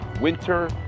winter